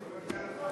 טוב.